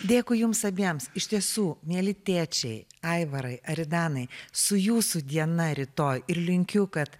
dėkui jums abiems iš tiesų mieli tėčiai aivarai aridanai su jūsų diena rytoj ir linkiu kad